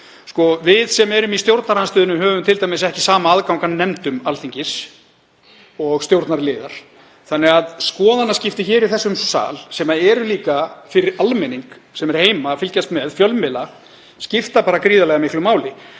Við sem erum í stjórnarandstöðunni höfum ekki sama aðgang að nefndum Alþingis og stjórnarliðar þannig að skoðanaskipti í þessum sal, sem eru líka fyrir almenning sem er heima að fylgjast með og fyrir fjölmiðla, skipta gríðarlega miklu máli.